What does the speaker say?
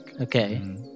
Okay